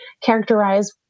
characterize